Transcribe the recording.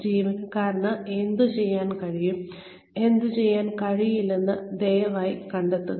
ജീവനക്കാരന് എന്തുചെയ്യാൻ കഴിയും എന്തുചെയ്യാൻ കഴിയില്ലെന്ന് ദയവായി കണ്ടെത്തുക